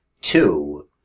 Two